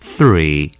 Three